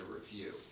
review